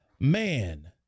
man